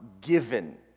given